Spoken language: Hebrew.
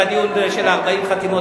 בדיון של 40 החתימות,